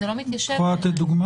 את יכולה להציג דוגמה?